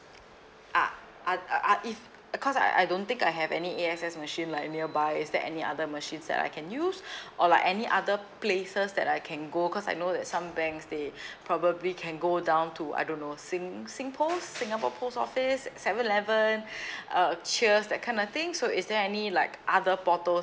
ah o~ ah if uh cause I I don't think I have any A_X_S machine like nearby is there any other machines that I can use or like any other places that I can go cause I know that some banks they probably can go down to I don't know sing~ singpost singapore post office seven eleven uh cheers that kind of thing so is there any like other portals